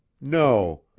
No